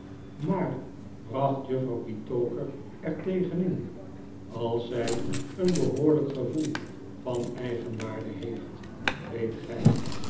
maar bracht juffrouw petowker er tegen in als zij een behoorlijk gevoel van eigenwaarde heeft weet gij